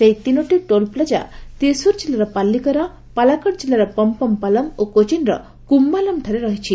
ସେହି ତିନୋଟି ଟୋଲ୍ପ୍ଲାଜା ତ୍ରିସୁର୍ ଜିଲ୍ଲାର ପାଲ୍ଲିକରା ପାଲାକଡ୍ ଜିଲ୍ଲାର ପମ୍ପମ୍ପାଲମ୍ ଓ କୋଚିନ୍ର କୁମ୍ଭାଲମ୍ଠାରେ ରହିଛି